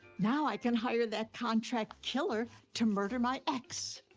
now i can hire that contract killer to murder my ex.